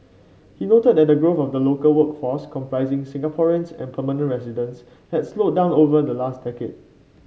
he noted that growth of the local workforce comprising Singaporeans and permanent residents had slowed down over the last decade